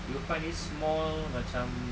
you will find this small macam